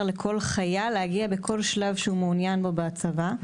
לכל חייל להגיע בכל שלב שהוא מעוניין בו בהצבה.